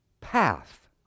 path